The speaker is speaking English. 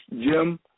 Jim